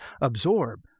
absorb